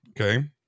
okay